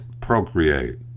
procreate